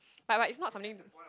but right is not something